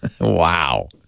Wow